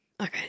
okay